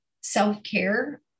self-care